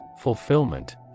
fulfillment